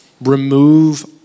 Remove